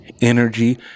energy